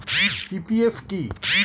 PPF কি?